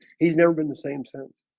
he's never been the same since